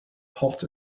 pot